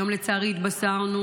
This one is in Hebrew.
היום, לצערי, התבשרנו